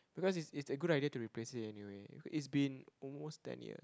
because is is the good idea to replace it anywhere it's been almost ten years